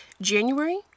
January